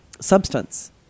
substance